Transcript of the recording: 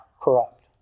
corrupt